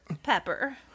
pepper